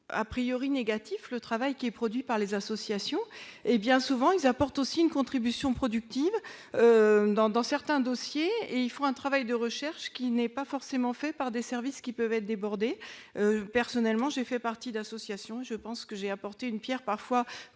a priori négatif, le travail qui est produit par les associations et bien souvent il apporte aussi une contribution productive dans dans certains dossiers et ils font un travail de recherche qui n'est pas forcément fait par des services qui peuvent être débordés, personnellement, j'ai fait partie d'associations, je pense que j'ai apporté une Pierre parfois